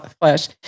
flesh